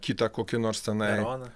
kitą kokį nors tenai